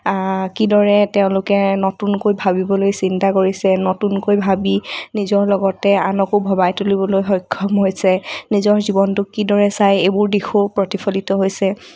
কিদৰে তেওঁলোকে নতুনকৈ ভাবিবলৈ চিন্তা কৰিছে নতুনকৈ ভাবি নিজৰ লগতে আনকো ভবাই তুলিবলৈ সক্ষম হৈছে নিজৰ জীৱনটোক কিদৰে চাই এইবোৰ দিশো প্ৰতিফলিত হৈছে